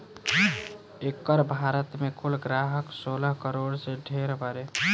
एकर भारत मे कुल ग्राहक सोलह करोड़ से ढेर बारे